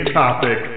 topic